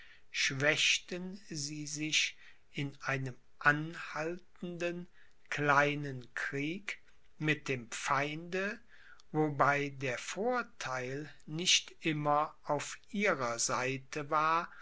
schwächten sie sich in einem anhaltenden kleinen krieg mit dem feinde wobei der vortheil nicht immer auf ihrer seite war